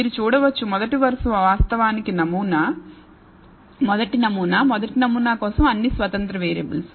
మీరు చూడవచ్చు మొదటి వరుస వాస్తవానికి నమూనా మొదటి నమూనా మొదటి నమూనా కోసం అన్ని స్వతంత్ర వేరియబుల్స్